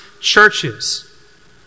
churches